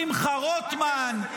שמחה רוטמן,